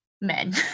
men